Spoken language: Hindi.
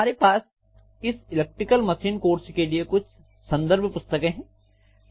हमारे पास इस इलेक्ट्रिकल मशीन कोर्स के लिए कुछ संदर्भ पुस्तकें हैं